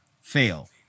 Fail